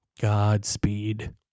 godspeed